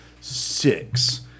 six